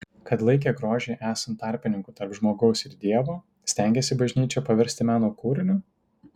kad laikė grožį esant tarpininku tarp žmogaus ir dievo stengėsi bažnyčią paversti meno kūriniu